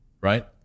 right